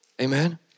Amen